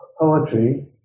poetry